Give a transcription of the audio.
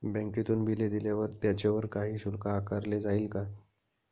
बँकेतून बिले दिल्यावर त्याच्यावर काही शुल्क आकारले जाईल का?